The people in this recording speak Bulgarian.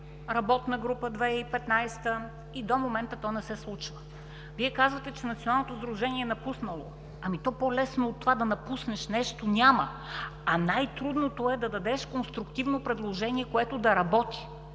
работна група – 2015 г., и до момента то не се случва. Вие казвате, че Националното сдружение е напуснало. Ами то по-лесно от това да напуснеш нещо няма, а най-трудното е да дадеш конструктивно предложение, което да работи.